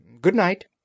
Good-night